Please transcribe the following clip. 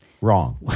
Wrong